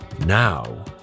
Now